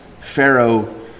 pharaoh